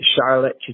Charlotte